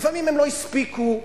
הם לא הספיקו.